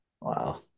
wow